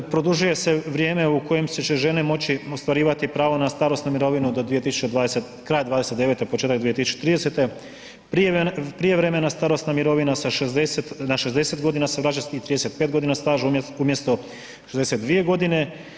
Produžuje se vrijeme u kojem će žene moći ostvarivati pravo na starosnu mirovinu do kraja 2029. početak 2030. prijevremena starosna mirovina sa 60, na 60 godina se vraća i 35 godina staža umjesto 62 godine.